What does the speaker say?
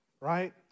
right